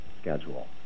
schedule